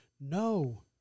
no